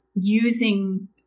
using